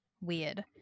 weird